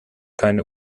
keine